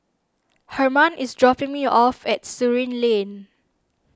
Hermann is dropping me off at Surin Lane